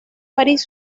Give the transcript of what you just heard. parís